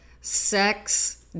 sex